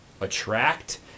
attract